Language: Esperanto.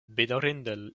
bedaŭrinde